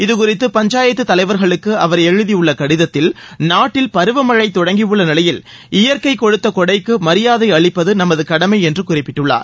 இதுகுறித்து பஞ்சாயத்து தலைவர்களுக்கு அவர் எழுதியுள்ள கடிதத்தில் நாட்டில் பருவமழை தொடங்கியுள்ள நிலையில் இயற்கை கொடுத்த கொடைக்கு மரியாதை அளிப்பது நமது கடமை என்று குறிப்பிட்டுள்ளார்